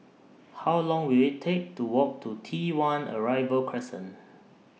How Long Will IT Take to Walk to T one Arrival Crescent